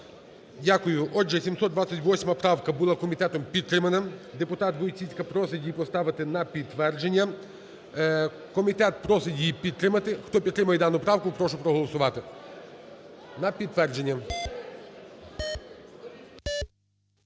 Дякую. Отже, 728 правка була комітетом підтримана. ДепутатВойціцька просить її поставити на підтвердження, комітет просить її підтримати. Хто підтримує дану правку, прошу проголосувати. На підтвердження.